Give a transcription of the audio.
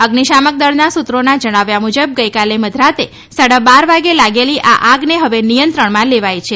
અઝ્નીશામક દળના સૂત્રોના જણાવ્યા મુજબ ગઈકાલે મતરાતે સાડાબાર વાગે લાગેલી આ આગને હવે નિયંત્રણમાં લેવાઈ છે